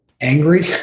angry